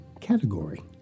category